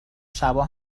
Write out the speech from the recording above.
شبا